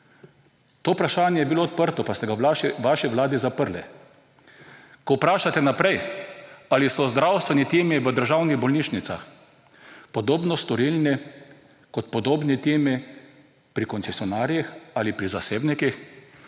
To vprašanje je bilo odprto pa ste ga v vaši Vladi zaprli. Ko vprašate naprej. Ali so zdravstveni timi v državnih bolnišnicah podobno storilni kot podobni timi pri koncesionarjih ali pa zasebnikih?